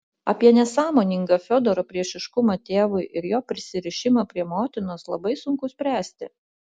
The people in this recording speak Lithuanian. apie nesąmoningą fiodoro priešiškumą tėvui ir jo prisirišimą prie motinos labai sunku spręsti